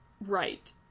right